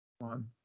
One